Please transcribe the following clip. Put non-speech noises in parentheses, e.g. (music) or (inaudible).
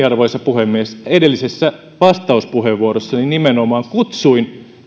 (unintelligible) arvoisa puhemies edellisessä vastauspuheenvuorossani nimenomaan kutsuin